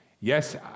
Yes